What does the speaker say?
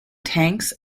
tanks